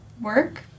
Work